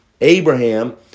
Abraham